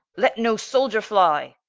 let no souldier flye.